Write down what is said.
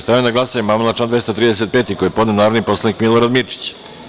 Stavljam na glasanje amandman na član 235. koji je podneo narodni poslanik Milorad Mirčić.